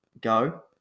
go